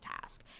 task